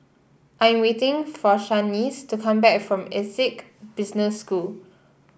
I am waiting for Shaniece to come back from Essec Business School